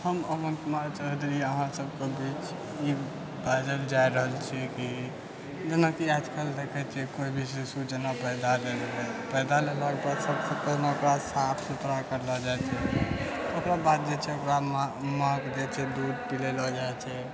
हम अमन कुमार चौधरी अहाँ सभके बीच ई बाजै लऽ जा रहल छी कि जेनाकि आज कल देखै छियै कोइ भी शिशु जेना पैदा लेलकै पैदा लेला के बाद सभसे पहिले काज साफ सुथरा करलो जाइ छै ओकरा बाद जे छै ओकरा मे माँ जे छै दूध पिलेलो जाइ छै